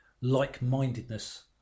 like-mindedness